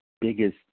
biggest